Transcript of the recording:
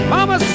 Mama